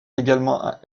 également